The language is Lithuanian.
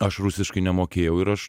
aš rusiškai nemokėjau ir aš